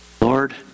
Lord